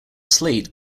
slate